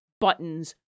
buttons